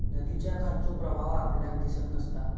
नदीच्या खालचो प्रवाह आपल्याक दिसत नसता